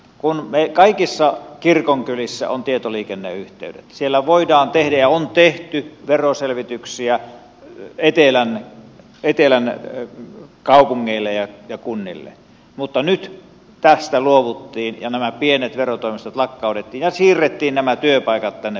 kun kaikissa kirkonkylissä on tietoliikenneyhteydet niin siellä voidaan tehdä ja on tehty veroselvityksiä etelän kaupungeille ja kunnille mutta nyt tästä luovuttiin ja nämä pienet verotoimistot lakkautettiin ja siirrettiin nämä työpaikat tänne pääkaupunkiseudulle